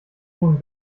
hohem